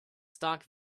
stock